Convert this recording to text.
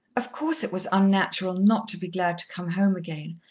of course it was unnatural not to be glad to come home again,